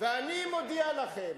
ואני מודיע לכם,